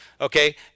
Okay